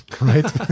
right